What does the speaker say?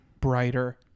brighter